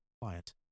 quiet